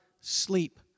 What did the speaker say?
sleep